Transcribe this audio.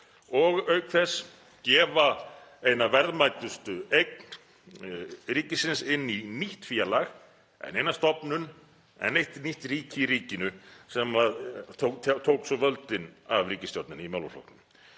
og auk þess gefa eina verðmætustu eign ríkisins inn í nýtt félag, enn eina stofnun, enn eitt nýtt ríki í ríkinu sem tók völdin af ríkisstjórninni í málaflokknum.